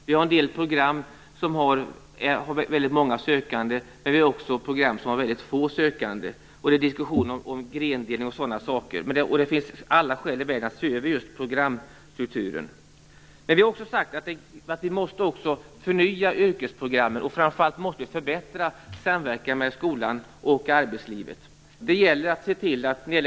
Vi har en del program med väldigt många sökande, men vi har också program med väldigt få sökande. Man kan diskutera grenindelning och sådana saker. Det finns alla skäl i världen att se över programstrukturen. Vi har också sagt att vi måste förnya yrkesprogrammen. Framför allt måste vi förbättra samverkan mellan skolan och arbetslivet.